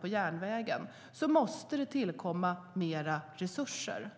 på järnvägen är eftersatt måste det tillkomma mer resurser.